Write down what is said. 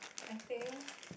I think